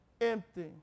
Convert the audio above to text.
empty